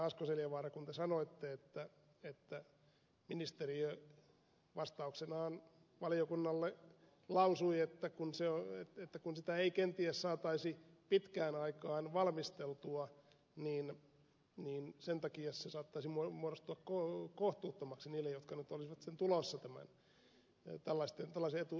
asko seljavaara kun te sanoitte että ministeriö vastauksenaan valiokunnalle lausui että kun sitä ei kenties saataisi pitkään aikaan valmisteltua niin sen takia se saattaisi muodostua kohtuuttomaksi niille jotka nyt olisivat sitten tulossa tämän tällaisen etuuden piiriin